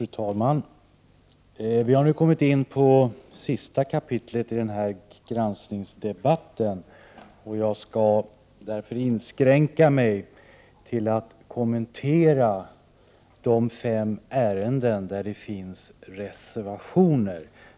Fru talman! Vi har nu kommit in på sista kapitlet i den här granskningsdebatten. Jag skall därför inskränka mig till att kommentera de fem ärenden som föranlett reservationer.